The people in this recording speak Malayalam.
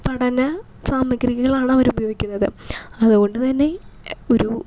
പഠന സാമഗ്രികളാണ് അവർ ഉപയോഗിക്കുന്നത് അതുകൊണ്ടുതന്നെ ഒരു